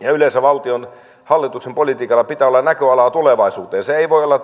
ja yleensä valtion hallituksen politiikalla pitää olla näköalaa tulevaisuuteen se ei voi olla